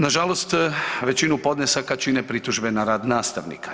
Na žalost većinu podnesaka čine pritužbe na rad nastavnika.